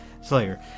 Slayer